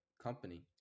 company